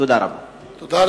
תודה רבה.